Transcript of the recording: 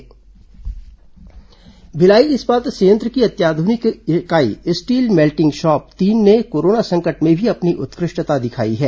corona BSP Bhilai इस्पात संयंत्र की अत्याधुनिक इकाई स्टील मेल्टिंग शॉप तीन ने कोरोना संकट में भी अपनी उत्कृष्टता दिखाई है